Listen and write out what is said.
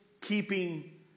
keeping